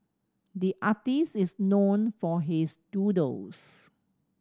the artist is known for his doodles